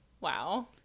Wow